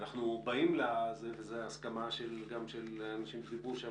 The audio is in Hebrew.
ואנחנו באים וזו הסכמה גם של אנשים שדיברו,